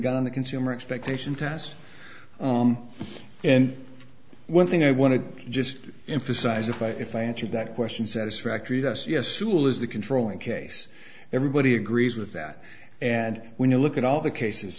gone the consumer expectation test and one thing i want to just emphasize if i if i answered that question satisfactory to us yes sule is the controlling case everybody agrees with that and when you look at all the cases